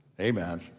Amen